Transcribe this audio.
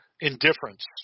indifference